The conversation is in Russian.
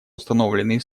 установленные